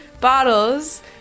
bottles